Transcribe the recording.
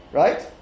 right